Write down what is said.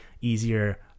easier